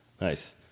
nice